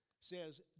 says